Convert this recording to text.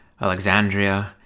Alexandria